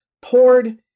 poured